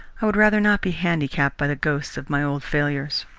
i would rather not be handicapped by the ghosts of my old failures.